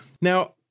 Now